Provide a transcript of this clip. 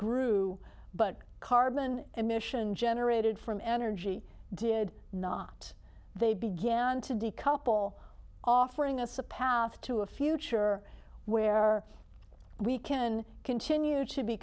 grew but carbon emission generated from energy did not they began to decouple offering us a path to a future where we can continue to be